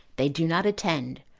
they do not attend,